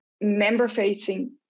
member-facing